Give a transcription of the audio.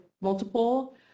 multiple